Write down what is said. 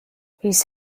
his